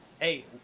Hey